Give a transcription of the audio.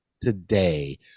today